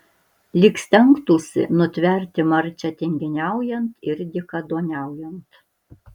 lyg stengtųsi nutverti marčią tinginiaujant ir dykaduoniaujant